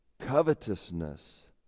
covetousness